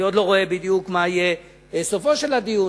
אני עוד לא רואה בדיוק מה יהיה סופו של הדיון,